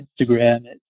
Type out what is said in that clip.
Instagram